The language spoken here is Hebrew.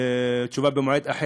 ותשובה והצבעה, במועד אחר.